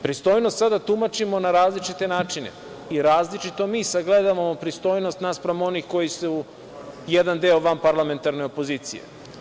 Pristojnost sada tumačimo na različite načine i različito mi sagledavamo pristojnost naspram onih koji su jedan deo vanparlamentarne opozicije.